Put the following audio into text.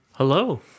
Hello